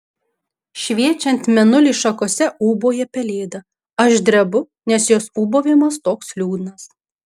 šviečiant mėnuliui šakose ūbauja pelėda aš drebu nes jos ūbavimas toks liūdnas